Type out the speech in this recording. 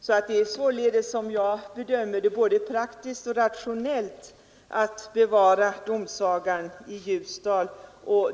Enligt min bedömning är det både praktiskt och rationellt att bevara domsagan i Ljusdal.